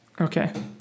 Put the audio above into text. Okay